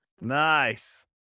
Nice